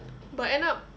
but end up